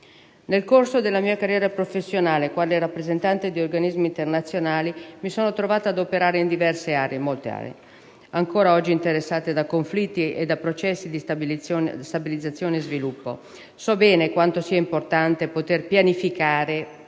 Nel corso della mia carriera professionale, quale rappresentante di organismi internazionali, mi sono trovata ad operare in molte delle aree ancora oggi interessate da conflitti o da processi di stabilizzazione e sviluppo. So bene quanto sia importante poter pianificare